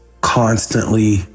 constantly